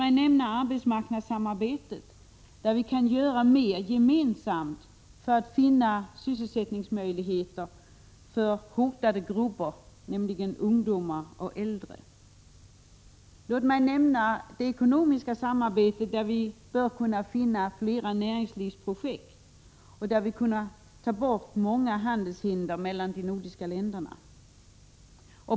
Vidare gäller det arbetsmarknadssamarbetet, där vi kan göra mer gemensamt för att finna sysselsättningsmöjligheter för hotade grupper, nämligen ungdomar och äldre. Låt mig också peka på det ekonomiska samarbetet, där vi bör kunna finna flera näringslivsprojekt och ta bort många handelshinder mellan de nordiska länderna.